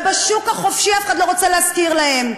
בשוק החופשי אף אחד לא רוצה להשכיר להם.